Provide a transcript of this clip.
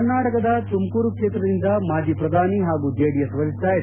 ಕರ್ನಾಟಕದ ತುಮಕೂರು ಕ್ಷೇತ್ರದಿಂದ ಮಾಜಿ ಪ್ರಧಾನಿ ಹಾಗೂ ಜೆಡಿಎಸ್ ವರಿಷ್ಠ ಹೆಚ್